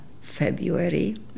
February